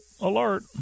alert